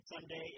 someday